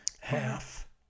half